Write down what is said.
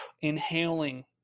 inhaling